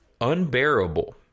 unbearable